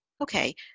Okay